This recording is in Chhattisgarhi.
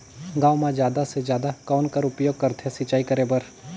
गांव म जादा से जादा कौन कर उपयोग करथे सिंचाई करे बर?